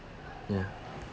ya